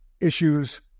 issues